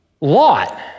Lot